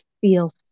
feel